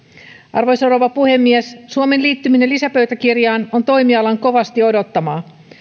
arvoisa rouva puhemies suomen liittyminen lisäpöytäkirjaan on toimialan kovasti odottamaa